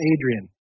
Adrian